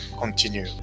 continue